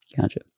Gotcha